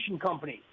companies